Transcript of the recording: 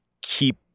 keep